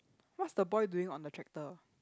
what's the boy doing on the tractor